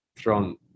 thrown